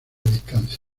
distancia